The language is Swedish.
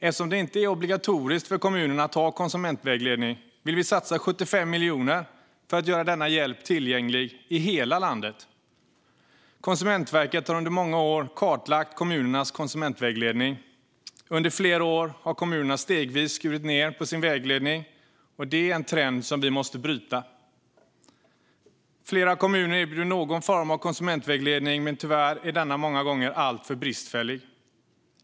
Eftersom det inte är obligatoriskt för kommunerna att ha konsumentvägledning vill vi satsa 75 miljoner för att göra denna hjälp tillgänglig i hela landet. Konsumentverket har under många år kartlagt kommunernas konsumentvägledning. Under flera år har kommunerna stegvis skurit ned på sin vägledning, och det är en trend som vi måste bryta. Flera kommuner erbjuder någon form av konsumentvägledning, men tyvärr är denna många gånger alltför bristfällig.